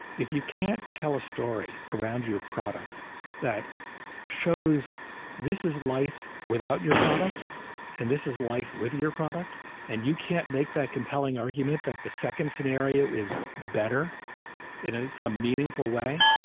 if you can't tell a story around your product that shows this is life without your product and this is life with your product and you can't make that compelling argument that the second scenario is better in ah some meaningful way,